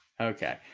Okay